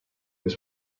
was